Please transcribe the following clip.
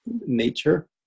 nature